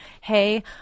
hey